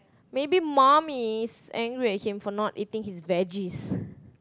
maybe mum is angry at him for not eating his veggies